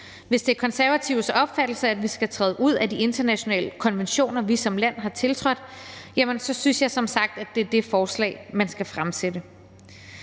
Hvis det er Konservatives opfattelse, at vi skal træde ud af de internationale konventioner, vi som land har tiltrådt, synes jeg som sagt, det er det forslag, man skal fremsætte.